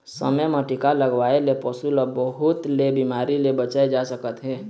समे म टीका लगवाए ले पशु ल बहुत ले बिमारी ले बचाए जा सकत हे